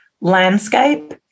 landscape